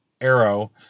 arrow